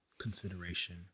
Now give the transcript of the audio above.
consideration